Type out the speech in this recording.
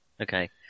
Okay